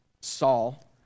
Saul